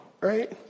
Right